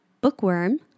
bookworm